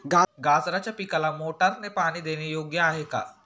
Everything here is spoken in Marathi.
गाजराच्या पिकाला मोटारने पाणी देणे योग्य आहे का?